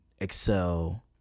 excel